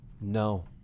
No